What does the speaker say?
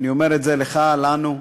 אני אומר את זה לך, לנו,